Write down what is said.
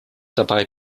dabei